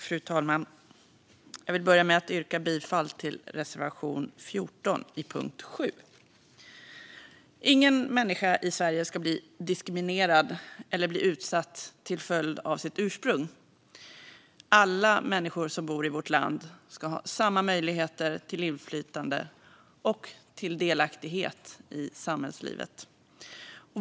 Fru talman! Jag vill börja med att yrka bifall till reservation 14 under punkt 7. Ingen människa i Sverige ska bli diskriminerad eller utsatt till följd av sitt ursprung. Alla människor som bor i vårt land ska ha samma möjligheter till inflytande och till delaktighet i samhällslivet.